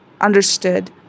understood